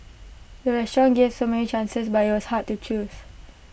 the restaurant gave so many chances but IT was hard to choose